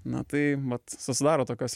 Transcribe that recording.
na tai vat susidaro tokios